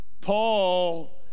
Paul